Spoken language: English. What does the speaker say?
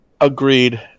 Agreed